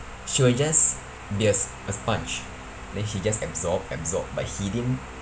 she will just be as a sponge then he just absorbed absorbed but he didn't